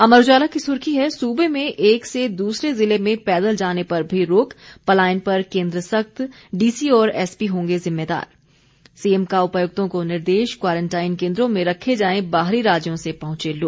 अमर उजाला की सुर्खी है सूबे में एक से दूसरे जिले में पैदल जाने पर भी रोक पलायन पर केंद्र सख्त डीसी और एसपी होंगे जिम्मेदार सीएम का उपायुक्तों को निर्देश क्वारंटाइन केंद्रों में रखे जाएं बाहरी राज्यों से पहुंचे लोग